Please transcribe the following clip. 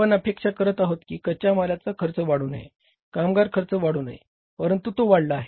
आपण अपेक्षा करत आहोत की कच्च्या मालाचा खर्च वाढू नये कामगार खर्च वाढू नये परंतु तो वाढला आहे